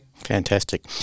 Fantastic